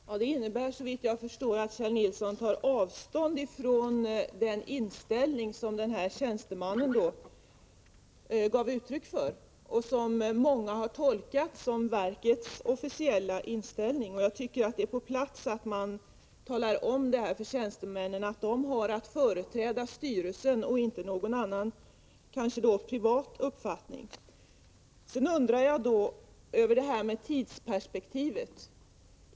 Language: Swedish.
Herr talman! Det innebär, såvitt jag förstår, att Kjell Nilsson tar avstånd från den inställning som den här tjänstemannen gav uttryck för och som många har tolkat som verkets officiella inställning. Jag tycker att det är på sin plats att man talar om för tjänstemännen att de har att företräda styrelsen och inte någon annan, kanske privat, uppfattning. Sedan undrar jag över detta med tidsperspektivet.